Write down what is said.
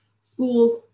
schools